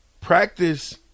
practice